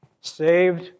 Saved